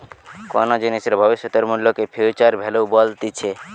কোনো জিনিসের ভবিষ্যতের মূল্যকে ফিউচার ভ্যালু বলতিছে